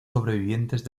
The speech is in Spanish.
sobrevivientes